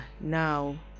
now